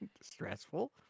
stressful